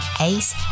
Ace